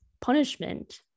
punishment